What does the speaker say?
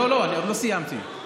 אני עוד לא סיימתי.